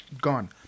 gone